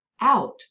out